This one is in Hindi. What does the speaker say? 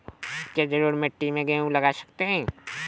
क्या जलोढ़ मिट्टी में गेहूँ लगा सकते हैं?